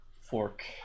fork